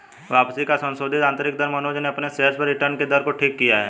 वापसी की संशोधित आंतरिक दर से मनोज ने अपने शेयर्स पर रिटर्न कि दर को ठीक किया है